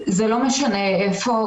זה לא משנה איפה,